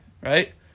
Right